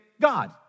God